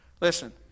listen